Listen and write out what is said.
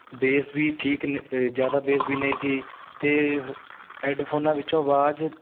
base ਵੀ ਠੀਕ ਨ ਅ ਜ਼ਿਆਦਾ ਬੇਸ ਵੀ ਨਹੀਂ ਸੀ ਅਤੇ ਹੈੱਡਫ਼ੋਨਾਂ ਵਿੱਚੋਂ ਅਵਾਜ਼